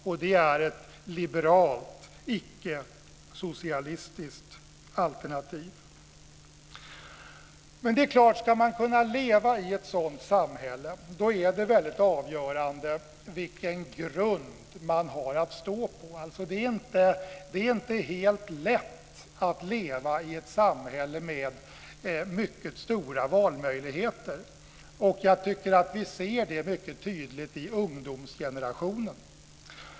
Och det är ett liberalt, icke-socialistiskt alternativ. Men ska man kunna leva i ett sådant samhälle är det väldigt avgörande vilken grund man har att stå på. Det är inte helt lätt att leva i ett samhälle med mycket stora valmöjligheter. Jag tycker att vi ser det mycket tydligt i ungdomsgenerationen.